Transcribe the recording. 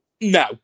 No